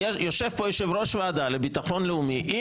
יושב פה יושב-ראש ועדה לביטחון לאומי,